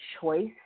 choice